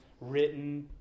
written